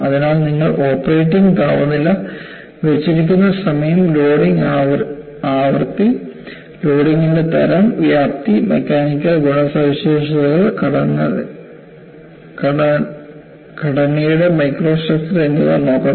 അതിനാൽ നിങ്ങൾ ഓപ്പറേറ്റിംഗ് താപനില വച്ചിരിക്കുന്ന സമയം ലോഡിംഗ് ആവൃത്തി ലോഡിംഗിന്റെ തരം വ്യാപ്തി മെക്കാനിക്കൽ ഗുണവിശേഷതകൾ ഘടകത്തിന്റെ മൈക്രോസ്ട്രക്ചർ എന്നിവ നോക്കണം